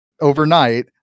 overnight